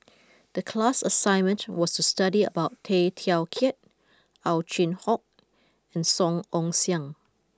the class assignment was to study about Tay Teow Kiat Ow Chin Hock and Song Ong Siang